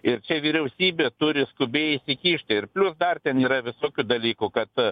ir vyriausybė turi skubiai įsikišti ir plius dar ten yra visokių dalykų kad